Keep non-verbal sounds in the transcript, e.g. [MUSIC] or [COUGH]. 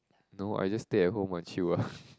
no I just stay at home and chill ah [BREATH]